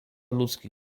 ludzki